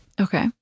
okay